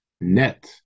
net